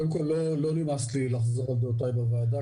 קודם כל לא נמאס לי לחזור על דעותיי בוועדה